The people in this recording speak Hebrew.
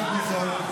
רות גביזון,